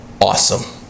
awesome